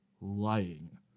lying